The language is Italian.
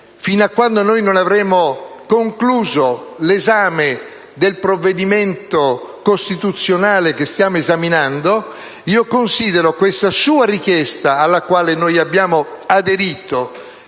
fino a quando non avremo concluso l'esame del provvedimento costituzionale che stiamo esaminando. Considero questa sua richiesta, a cui noi abbiamo aderito